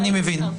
אני מבין.